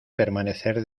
permanecer